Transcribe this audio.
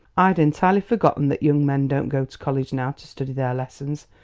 i'd entirely forgotten that young men don't go to college now to study their lessons.